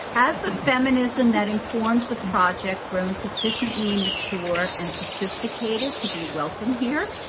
has the feminism that informs the project grown sufficiently mature and sophisticated to be welcome here?